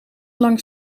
lang